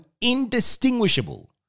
indistinguishable